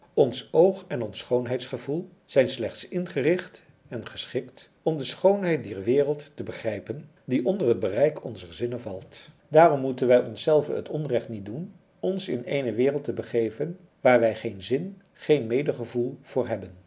ons oog en ons schoonheids gevoel zijn slechts ingericht en geschikt om de schoonheid dier wereld te begrijpen die onder het bereik onzer zinnen valt daarom moeten wij onszelven het onrecht niet doen ons in eene wereld te begeven waar wij geen zin geen medegevoel voor hebben